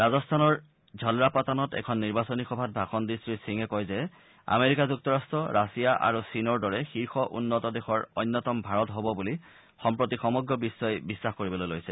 ৰাজস্থানৰ ঝলৰাপাতানত এখন নিৰ্বাচনী সভাত ভাষণ দি শ্ৰীসিঙে কয় যে আমেৰিকা যুক্তৰট্ট ৰাছিয়া আৰু চীনৰ দৰে শীৰ্ষ উন্নত দেশৰ অন্যতম ভাৰত হব বুলি সম্প্ৰতি সমগ্ৰ বিখ্ই বিখাস কৰিবলৈ লৈছে